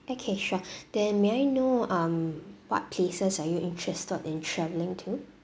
okay sure then may I know um what places are you interested in travelling to